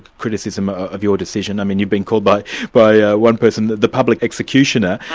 criticism ah of your decision. i mean you've been called but by ah one person the public executioner,